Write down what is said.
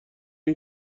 این